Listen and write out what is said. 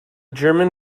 german